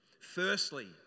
Firstly